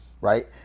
right